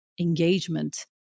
engagement